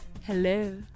Hello